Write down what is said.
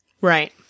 Right